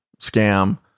scam